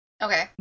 Okay